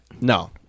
No